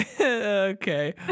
Okay